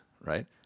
right